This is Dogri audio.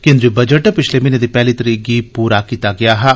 केन्द्री बजट पिच्छले म्हीने दी पैहली तरीका गी पूरा कीता गेआ हा